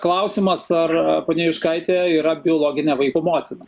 klausimas ar ponia juškaitė yra biologinė vaiko motina